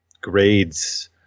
grades